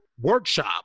workshop